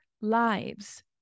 lives